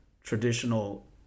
traditional